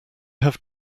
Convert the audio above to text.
have